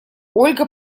ольга